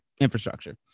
infrastructure